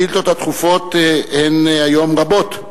והיום הן רבות.